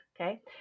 Okay